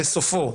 בסופו,